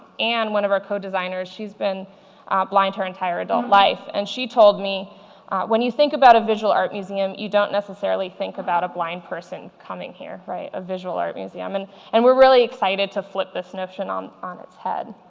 and one of our co-designers, she's been blind her entire adult life, and she told me when you think about a visual art museum you don't necessarily think about a blind person coming here. right? a visual art museum. and and we're really excited to flip this notion on on its head.